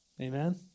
amen